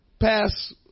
pass